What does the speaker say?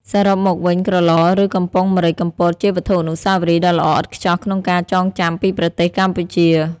សរុបមកវិញ ក្រឡ ឬ កំប៉ុងម្រេចកំពតជាវត្ថុអនុស្សាវរីយ៍ដ៏ល្អឥតខ្ចោះក្នុងការចងចាំពីប្រទេសកម្ពុជា។